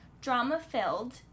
drama-filled